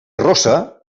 rossa